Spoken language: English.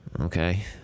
Okay